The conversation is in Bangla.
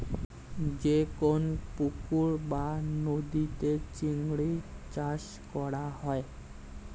যে কোন পুকুর বা নদীতে চিংড়ি চাষ করা হয়